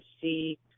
see